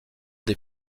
des